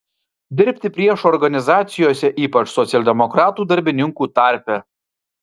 dirbti priešo organizacijose ypač socialdemokratų darbininkų tarpe